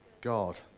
God